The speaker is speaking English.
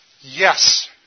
Yes